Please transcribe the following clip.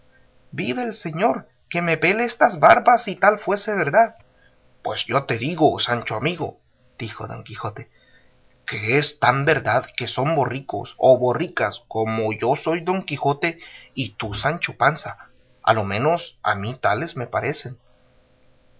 vive el señor que me pele estas barbas si tal fuese verdad pues yo te digo sancho amigo dijo don quijote que es tan verdad que son borricos o borricas como yo soy don quijote y tú sancho panza a lo menos a mí tales me parecen